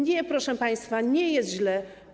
Nie, proszę państwa, nie jest źle.